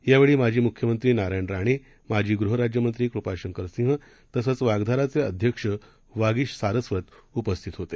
यावेळी माजी मुख्यमंत्री नारायण राणे माजी गृहराज्यमंत्री कृपाशंकर सिंह तसंच वाग्धाराचे अध्यक्ष वागीश सारस्वत उपस्थित होते